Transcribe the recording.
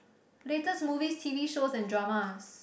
latest movies T_V shows and dramas